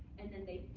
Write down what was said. and then they